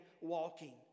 walking